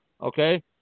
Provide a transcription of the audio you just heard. okay